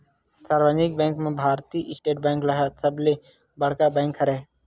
सार्वजनिक बेंक म भारतीय स्टेट बेंक ह सबले बड़का बेंक हरय